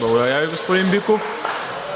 (Ръкопляскания от